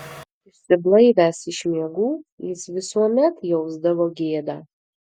išsiblaivęs iš miegų jis visuomet jausdavo gėdą